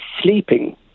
sleeping